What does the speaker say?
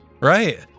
Right